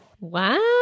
Wow